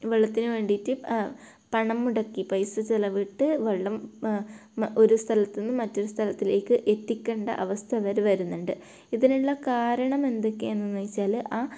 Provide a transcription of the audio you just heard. വെള്ളത്തിന് വേണ്ടിയിട്ട് പണം മുടക്കി പൈസ ചിലവിട്ട് വെള്ളം ഒരു സ്ഥലത്തുനിന്ന് മറ്റൊരു സ്ഥലത്തിലേക്ക് എത്തിക്കേണ്ട അവസ്ഥ വരെ വരുന്നുണ്ട് ഇതിനുള്ള കാരണം എന്തൊക്കെയാണെന്ന് വെച്ചാൽ ആ